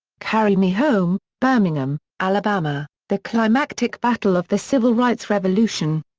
carry me home birmingham, alabama, the climactic battle of the civil rights revolution.